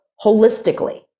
holistically